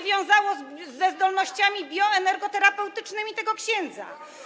wiązało się ze zdolnościami bioenergoterapeutycznymi tego księdza.